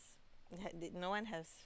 it had the no one has